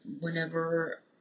whenever